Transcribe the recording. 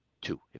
two